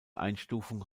einstufung